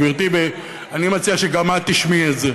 גברתי, אני מציע שגם את תשמעי את זה.